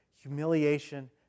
humiliation